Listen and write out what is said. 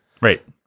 Right